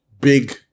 big